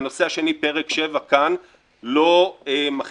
בנושא השני, פרק 7 כאן לא מכניס